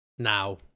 Now